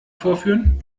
vorführen